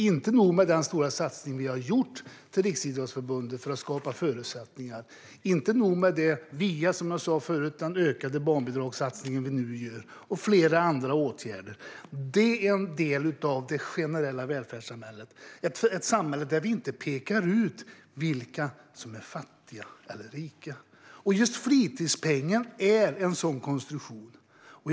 Inte nog med den stora satsning vi har gjort som är riktad till Riksidrottsförbundet för att skapa förutsättningar, utan, som jag sa förut, vi har också den ökade barnbidragssatsningen och flera andra åtgärder. Detta är en del av det generella välfärdssamhället - ett samhälle där vi inte pekar ut vilka som är fattiga och vilka som är rika. Fritidspengen är en konstruktion där man gör just det.